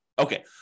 Okay